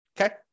Okay